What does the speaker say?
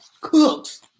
cooks